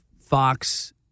Fox